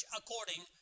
according